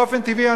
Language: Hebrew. באופן טבעי,